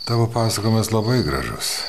tavo pasakojimas labai gražus